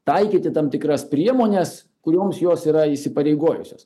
taikyti tam tikras priemones kurioms jos yra įsipareigojusios